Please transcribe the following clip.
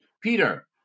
Peter